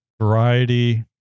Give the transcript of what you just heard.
variety